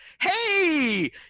Hey